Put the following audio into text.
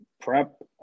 prep